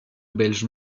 belge